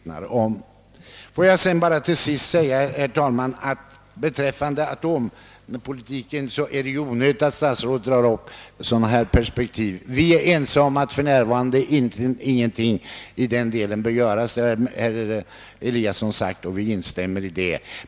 Herr talman! Får jag sedan till sist bara säga, att det beträffande atompolitiken var ganska onödigt att försvarsministern drog upp sådana perspektiv som här nyss. Vi är ense om att för närvarande ingenting i den vägen bör göras. Det har herr Eliasson i Sundborn sagt, och jag instämmer i det.